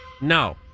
No